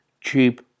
cheap